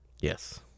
Yes